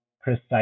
precise